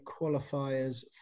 qualifiers